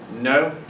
No